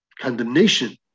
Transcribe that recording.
condemnation